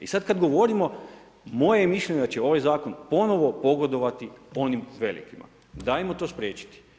I sad kad govorimo, moje je mišljenje da će ovaj zakon ponovno pogodovati onim velikima, dajmo to spriječiti.